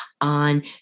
on